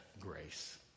grace